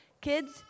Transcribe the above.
Kids